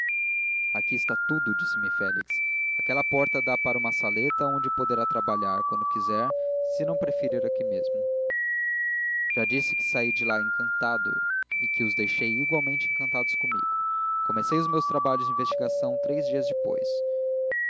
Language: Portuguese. aqui está tudo disse-me félix aquela porta dá para uma saleta onde poderá trabalhar quando quiser se não preferir aqui mesmo já disse que saí de lá encantado e que os deixei igualmente encantados comigo comecei os meus trabalhos de investigação três dias depois